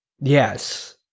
Yes